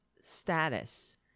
status